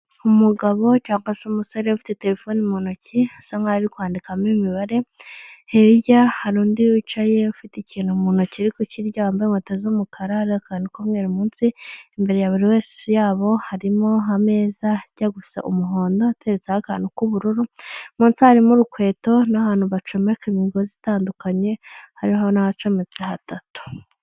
Umugabo cyabasa umusore ufite telefone mu ntoki asa nkaho ari kwandikamo imibare, hirya hari undi wicaye ufite ikintu mu ntoki uri kukirya, wambaye inkweto z'umukara hariho akantu k'umweru munsi, imbere ya buri wese yabo harimo ameza ajya gusa umuhondo ateretseho akantu k'ubururu, munsi harimo urukweto n'ahantu bacometse imigozi itandukanye, hariho n'ahacometse hatatu.